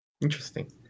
Interesting